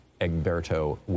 Egberto